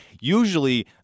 usually